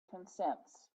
consents